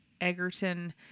Egerton